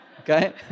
Okay